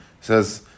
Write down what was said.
says